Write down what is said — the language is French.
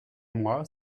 mois